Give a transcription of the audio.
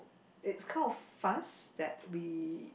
it's kind of fast that we